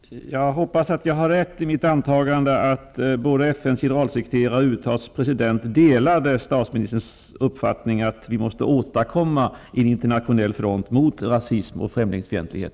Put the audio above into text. Herr talman! Jag hoppas att jag har rätt i mitt antagande att både FN:s gene ralsekreterare och USA:s president delar statsministerns uppfattning att vi måste åstadkomma en internationell front mot rasism och främlingsfientlig het.